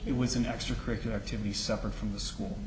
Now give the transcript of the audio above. it was an extracurricular activity separate from the school